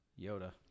Yoda